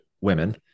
women